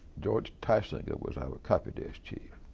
george tysinger was our copy desk chief.